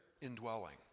indwelling